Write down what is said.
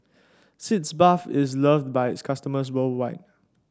Sitz Bath is loved by its customers worldwide